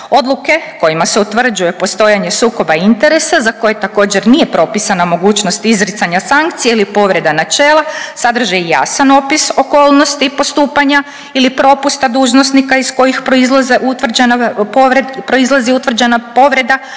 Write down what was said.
Odluke kojima se utvrđuje postojanje sukoba interesa za koje također nije propisana mogućnost izricanja sankcije ili povreda načela sadrže jasan opis okolnosti i postupanja ili propusta dužnosnika iz kojih proizlaze utvrđena,